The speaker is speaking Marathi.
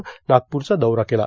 ने नागपूरचा दौरा केला